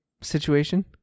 situation